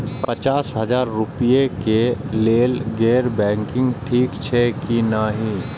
पचास हजार रुपए के लेल गैर बैंकिंग ठिक छै कि नहिं?